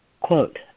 Quote